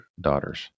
daughters